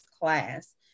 class